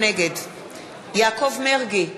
נגד יעקב מרגי,